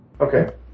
Okay